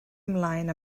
ymlaen